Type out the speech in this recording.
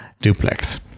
duplex